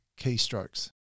keystrokes